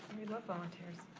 we love volunteers.